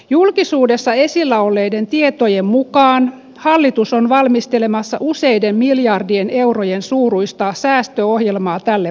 julkisuudessa esillä olleiden tietojen mukaan hallitus on valmistelemassa useiden miljardien eurojen suuruista säästöohjelmaa tälle vuodelle